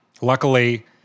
Luckily